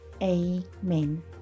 Amen